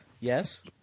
Yes